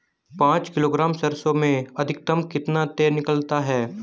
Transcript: पाँच किलोग्राम सरसों में अधिकतम कितना तेल निकलता है?